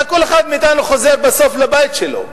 כל אחד מאתנו חוזר בסוף לבית שלו.